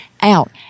out